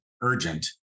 urgent